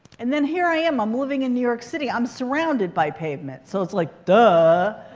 and then, here i am. i'm living in new york city. i'm surrounded by pavement. so it's like, duh!